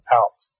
out